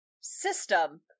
system